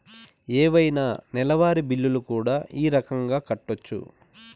ఏవైనా నెలవారి బిల్లులు కూడా ఈ రకంగా కట్టొచ్చు